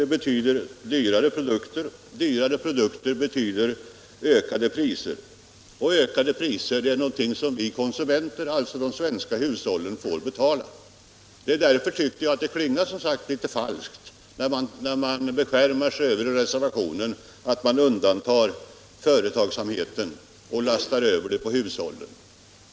Det betyder dyrare produkter, och dyrare produkter betyder ökade priser. De ökade priserna är någonting som vi konsumenter, dvs. de svenska hushållen, får betala. Därför tycker jag att det klingar falskt när man i en socialdemokratisk reservation beskärmar sig över att företagsamheten undantas och avgifterna lastas över på hushållen.